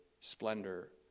splendor